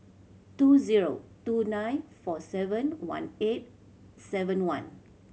two zero two nine four seven one eight seven one